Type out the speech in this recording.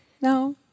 No